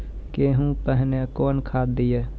गेहूँ पहने कौन खाद दिए?